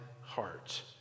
heart